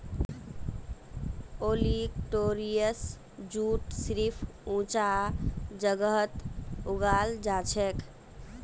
olitorius jute सिर्फ ऊंचा जगहत उगाल जाछेक